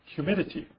Humidity